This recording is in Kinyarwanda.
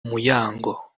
muyango